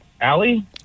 Allie